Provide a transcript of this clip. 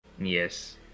yes